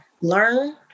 learn